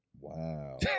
wow